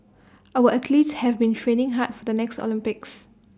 our athletes have been training hard for the next Olympics